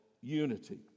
unity